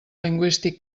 lingüístic